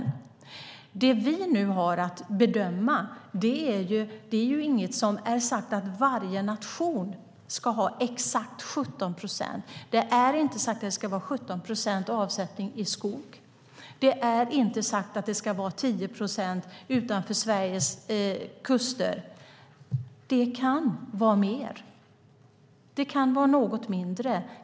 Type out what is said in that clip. När det gäller det vi nu har att bedöma är inget sagt om att varje nation ska ha exakt 17 procent. Det är inte sagt att det ska vara 17 procent avsättning i skog. Det är inte sagt att det ska vara 10 procent utanför Sveriges kuster. Det kan vara mer. Det kan vara något mindre.